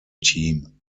team